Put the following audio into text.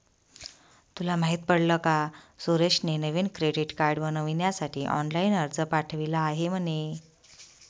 तुला माहित पडल का सुरेशने नवीन क्रेडीट कार्ड बनविण्यासाठी ऑनलाइन अर्ज पाठविला आहे म्हणे